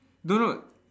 no no